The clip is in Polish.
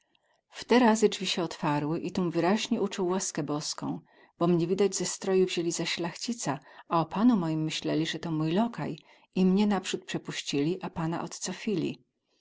razy drzwi sie otwarły i tum wyraźnie ucuł łaskę boską bo mnie widać ze stroju wzięli za ślachcica a o panu moim myśleli ze to mój lokaj i mnie naprzód przepuścili a pana odcofli nie